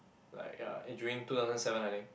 like ya it during two thousand seven I think